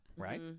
Right